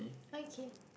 okay